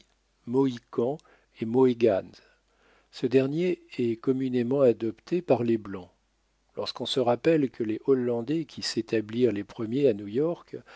mohicans et mohegans ce dernier est communément adopté par les blancs lorsqu'on se rappelle que les hollandais qui s'établirent les premiers à